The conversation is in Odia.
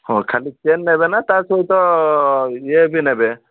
ହଉ ଖାଲି ଚେନ୍ ନେବେ ନା ତା ସହିତ ଇଏ ବି ନେବେ